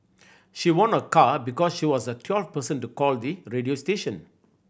she won a car because she was the twelfth person to call the radio station